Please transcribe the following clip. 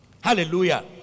hallelujah